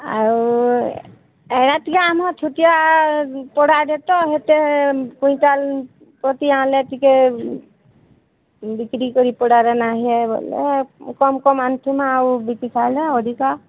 ଆଉ ଏଇଟା ଟିକେ ଆମର ଛୋଟିଆ ପଡ଼ାଟେ ତ ସେତେ କ୍ୱିଣ୍ଟାଲ୍ ପ୍ରତି ଆଣିଲେ ଟିକେ ବିକ୍ରି କରି ପଡ଼ାରେ ନାହିଁ ହେବ ଭଲ କମ୍ କମ୍ ଆଣୁଛୁ ନା ଆଉ ବିକି ସାରିଲେ ଅଧିକା